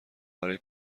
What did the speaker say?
برای